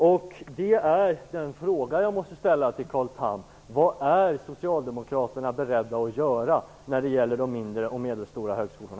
Jag måste fråga Carl Tham vad socialdemokraterna är beredda att göra när det gäller de mindre och medelstora högskolorna.